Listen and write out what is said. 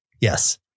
Yes